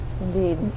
Indeed